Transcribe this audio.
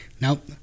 Nope